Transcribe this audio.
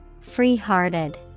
Free-hearted